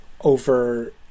over